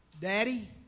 Daddy